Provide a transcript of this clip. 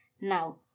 Now